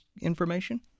information